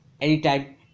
anytime